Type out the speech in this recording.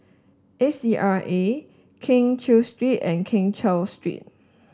A C R A Keng Cheow Street and Keng Cheow Street